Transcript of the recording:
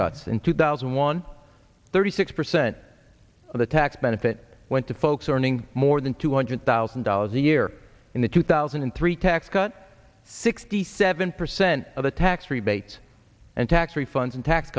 cuts in two thousand and one thirty six percent of the tax benefit went to folks or an ng more than two hundred thousand dollars a year in the two thousand and three tax cut sixty seven percent of the tax rebates and tax refunds and tax